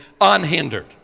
unhindered